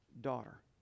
daughter